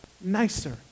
nicer